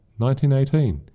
1918